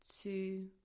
two